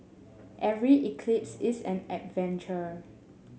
every eclipse is an adventure